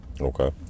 Okay